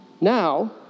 now